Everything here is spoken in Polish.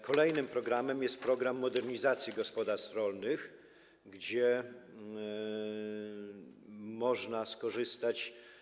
Kolejnym programem jest program modernizacji gospodarstw rolnych, z którego można skorzystać.